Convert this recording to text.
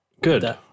Good